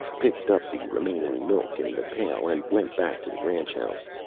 picked up the remaining milk in the pail and went back to the ranch house.